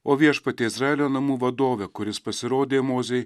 o viešpatie izraelio namų vadove kuris pasirodė mozei